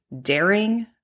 daring